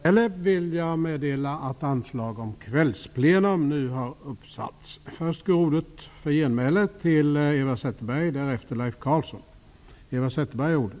Jag får meddela att anslag nu har satts upp om att detta sammanträde skall fortsätta efter kl. 19.00.